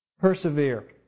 persevere